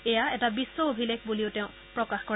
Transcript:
এয়া এটা বিশ্ব অভিলেখ বুলিও তেওঁ প্ৰকাশ কৰে